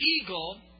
eagle